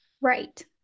Right